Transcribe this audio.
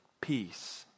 peace